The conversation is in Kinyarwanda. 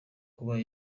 kuba